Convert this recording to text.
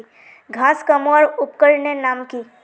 घांस कमवार उपकरनेर नाम की?